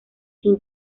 sin